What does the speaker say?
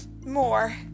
more